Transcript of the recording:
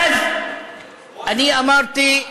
ואז אני אמרתי,